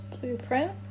blueprint